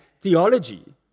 theology